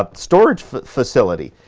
ah storage facility.